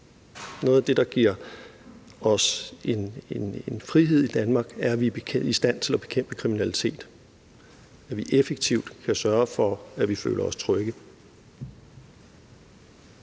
Noget af det, der giver os frihed i Danmark, er, at vi er i stand til at bekæmpe kriminalitet, at vi effektivt kan sørge for, at vi føler os trygge.